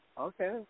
okay